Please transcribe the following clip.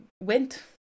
went